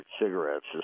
cigarettes